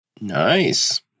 Nice